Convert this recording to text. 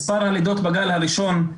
מספר הלידות בגל הראשון,